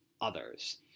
others